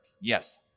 Yes